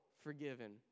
forgiven